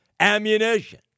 ammunition